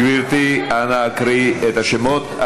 גברתי, אנא הקריאי את השמות.